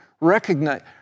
Recognize